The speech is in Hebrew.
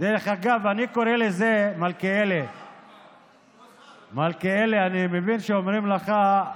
דרך אגב, מלכיאלי, מלכיאלי, אני מבין שאומרים לך: